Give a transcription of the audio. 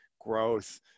growth